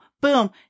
boom